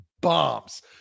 bombs